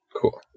Cool